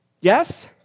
Yes